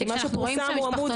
כי מה שפורסם הוא עמוד וחצי.